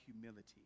humility